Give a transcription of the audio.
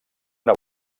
una